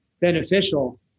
beneficial